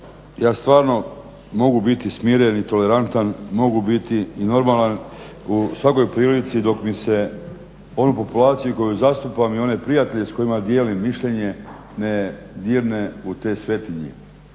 ja stvarno mogu biti smiren i tolerantan, mogu biti i normalan u svakoj prilici dok mi se onoj populaciji koju zastupam i one prijatelje s kojima dijelim mišljenje ne dirne u te svetinje.